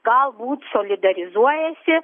galbūt solidarizuojasi